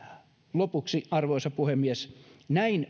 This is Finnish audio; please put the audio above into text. lopuksi arvoisa puhemies näin